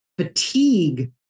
fatigue